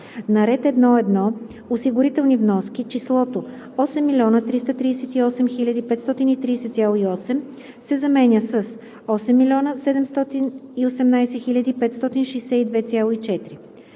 на ред 1.1. „Осигурителни вноски“ числото „8 338 530,8“ се заменя с „8 718 562,4“.